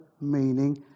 meaning